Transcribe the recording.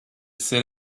sit